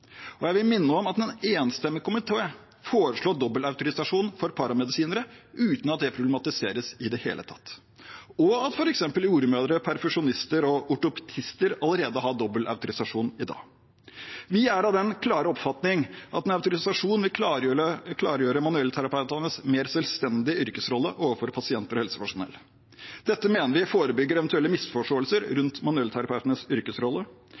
Jeg vil minne om at en enstemmig komité foreslo dobbeltautorisasjon for paramedisinere uten at det problematiseres i det hele tatt, og at f.eks. jordmødre, perfusjonister og ortoptister allerede har dobbeltautorisasjon i dag. Vi er av den klare oppfatning at en autorisasjon vil klargjøre manuellterapeutenes mer selvstendige yrkesrolle overfor pasienter og helsepersonell. Dette mener vi forebygger eventuelle misforståelser rundt manuellterapeutenes yrkesrolle,